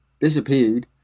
disappeared